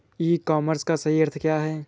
ई commerce का सही अर्थ क्या है?